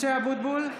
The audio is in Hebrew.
(קוראת בשמות חברי הכנסת) משה אבוטבול,